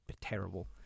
terrible